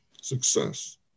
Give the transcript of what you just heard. success